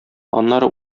аннары